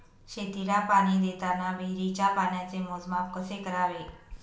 शेतीला पाणी देताना विहिरीच्या पाण्याचे मोजमाप कसे करावे?